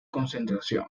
concentración